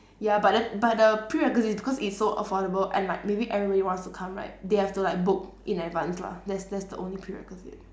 ya but the but the prerequisite is because it's so affordable and like maybe everybody wants to come right they have to like book in advance lah that's that's the only prerequisite